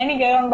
אין היגיון.